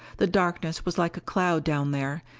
the darkness was like a cloud down there,